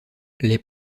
les